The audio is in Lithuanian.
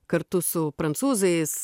kartu su prancūzais